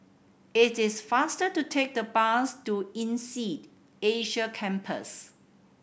it is faster to take the bus to INSEAD Asia Campus